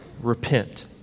repent